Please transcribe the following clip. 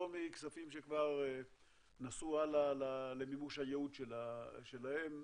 מכספים שכבר נסעו הלאה למימוש הייעוד שלהם,